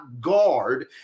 guard